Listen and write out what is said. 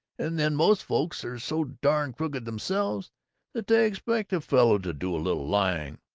and then most folks are so darn crooked themselves that they expect a fellow to do a little lying,